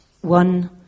one